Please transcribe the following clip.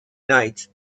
knights